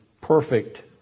perfect